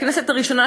לכנסת הראשונה,